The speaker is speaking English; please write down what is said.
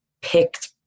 picked